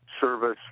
service